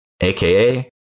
aka